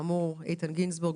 בשיתוף איתן גינזבורג,